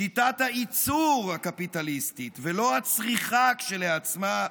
שיטת הייצור הקפיטליסטית, ולא הצריכה כשלעצמה,